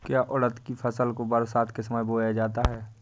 क्या उड़द की फसल को बरसात के समय बोया जाता है?